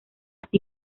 así